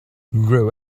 grow